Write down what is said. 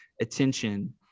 attention